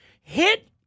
Hit